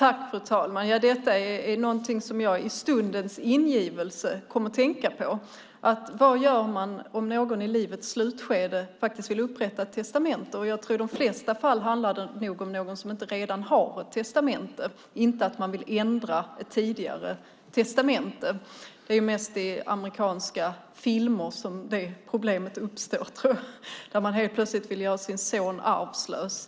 Fru talman! Jag kom att tänka på detta i stundens ingivelse. Vad gör man om någon i livets slutskede vill upprätta ett testamente? I de flesta fall handlar det nog om någon som inte redan har ett testamente och inte om att man vill ändra ett tidigare testamente. Det är mest i amerikanska filmer som det problemet uppstår och man plötsligt vill göra sin son arvlös.